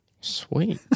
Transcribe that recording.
Sweet